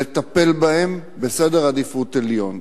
לטפל בהם בעדיפות עליונה.